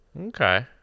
Okay